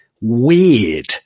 weird